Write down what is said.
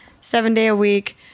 seven-day-a-week